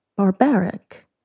Barbaric